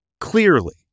Clearly